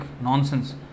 nonsense